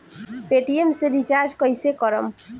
Paytm से recharge कईसे करम?